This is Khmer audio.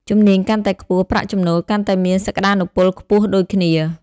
ជំនាញកាន់តែខ្ពស់ ប្រាក់ចំណូលកាន់តែមានសក្តានុពលខ្ពស់ដូចគ្នា។